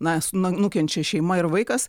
na nu nukenčia šeima ir vaikas